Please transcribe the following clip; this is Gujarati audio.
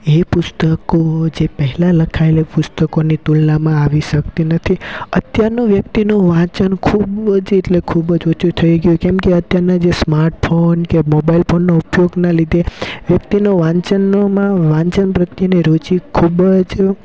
એ પુસ્તકો જે પહેલાં લખાએલી પુસ્તકોની તુલનામાં આવી શકતી નથી અત્યારનો વ્યક્તિનો વાંચન ખૂબ જ એટલે ખૂબ જ ઓછું થઈ ગયું કેમ કે અત્યારના જે સ્માર્ટફોન કે મોબાઈલ ફોનનો ઉપયોગના લીધે વ્યક્તિને વાંચનોમાં વાંચન પ્રત્યેની રુચિ ખૂબ જ